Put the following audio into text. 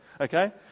Okay